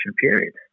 period